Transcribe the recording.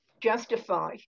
justify